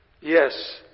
Yes